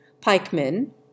Pikemen